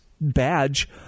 badge